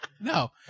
No